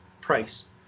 price